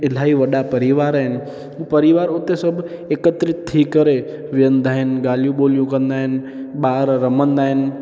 इलाही वॾा परिवार आहिनि परिवार हुते सभु एकत्रित थी करे विहंदा आहिनि ॻाल्हियूं ॿोलियूं कंदा आहिनि ॿार रमंदा आहिनि